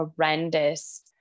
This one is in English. horrendous